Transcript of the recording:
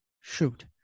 Shoot